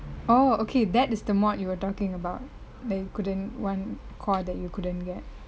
orh okay that is the mod you were talking about that you couldn't one core that you couldn't get